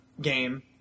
game